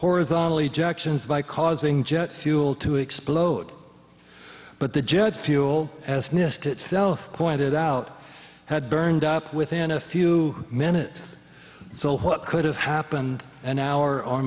horizontally jackson's by causing jet fuel to explode but the judge fuel as nist itself pointed out had burned up within a few minutes so what could have happened an hour or